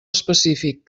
específic